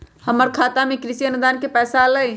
हमर खाता में कृषि अनुदान के पैसा अलई?